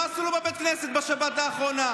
מה עשו לו בבית הכנסת בשבת האחרונה?